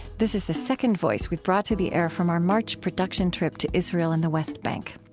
this is the second voice we've brought to the air from our march production trip to israel and the west bank.